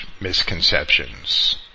misconceptions